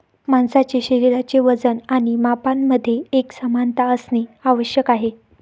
माणसाचे शरीराचे वजन आणि मापांमध्ये एकसमानता असणे आवश्यक आहे